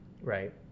right